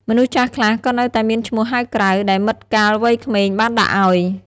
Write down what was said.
មនុស្សចាស់ខ្លះក៏នៅតែមានឈ្មោះហៅក្រៅ ដែលមិត្តកាលវ័យក្មេងបានដាក់ឲ្យ។